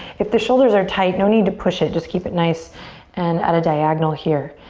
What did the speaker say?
if the shoulders are tight, no need to push it, just keep it nice and at a diagonal here.